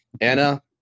Anna